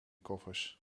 koffers